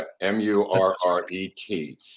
M-U-R-R-E-T